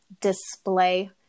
display